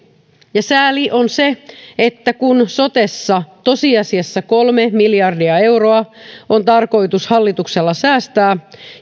ja sääli on se että kun sotessa tosiasiassa kolme miljardia euroa on tarkoitus hallituksella säästää